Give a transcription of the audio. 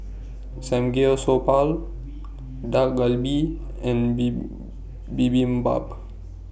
Samgeyopsal Dak Galbi and Bibibimbap